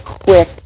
quick